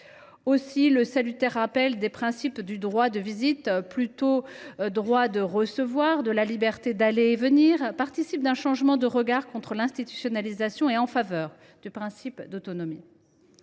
Aussi, le salutaire rappel des principes du droit de visite – qui est plutôt un droit de recevoir – et de la liberté d’aller et venir participe t il d’un changement de regard contre l’institutionnalisation et en faveur du principe d’autonomie.